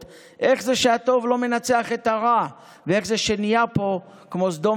/ איך זה שהטוב לא מנצח את הרע / ואיך זה שנהיה פה כמו סדום